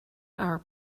are